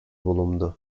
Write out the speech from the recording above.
bulundu